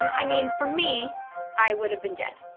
um i mean, for me i would have been dead,